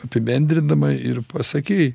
apibendrindama ir pasakei